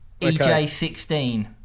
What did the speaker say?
EJ16